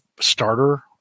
starter